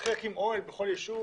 להתחיל להקים אוהל בכל ישוב